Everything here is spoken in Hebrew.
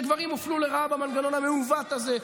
שגברים הופלו לרעה במנגנון המעוות הזה,